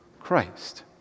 Christ